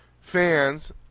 fans